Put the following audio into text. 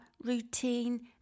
routine